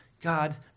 God